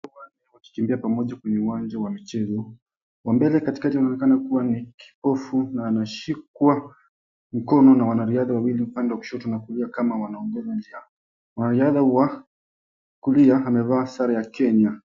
Wanariadha wakikimbia pamoja kwenye uwanja wa michezo wa mbele katikati anaonekana kuwa ni kipofu na anashikwa mkono na wanariadha wawili upande wa kushoto na kulia kama wanaongoza njia mwanariadha wa kulia amevaa sare ya Kenya.